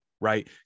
right